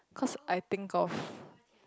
cause I think of